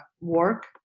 work